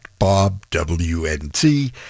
bobwnt